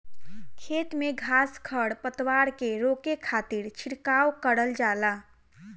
खेत में घास खर पतवार के रोके खातिर छिड़काव करल जाला